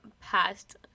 past